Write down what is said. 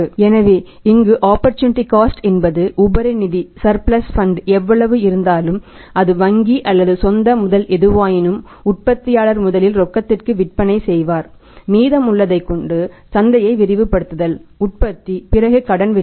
எனவே இங்கு opportunity cost எவ்வளவு இருந்தாலும் அது வங்கி அல்லது சொந்த முதல் எதுவாயினும் உற்பத்தியாளர் முதலில் ரொக்கத்திற்கு விற்பனை செய்வார் மீதம் உள்ளதைக் கொண்டு சந்தையை விரிவு விரிவுபடுத்துதல் உற்பத்தி பிறகு கடன் விற்பனை